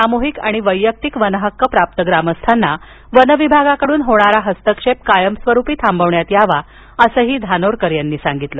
साम्हिक आणि वैयक्तिक वनहक्क प्राप्त ग्रामस्थांना वनविभागाकडून होणारा हस्तक्षेप कायमस्वरुपी थांबविण्यात यावा असंही धानोरकर यांनी सांगितलं